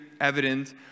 evident